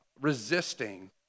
resisting